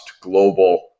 global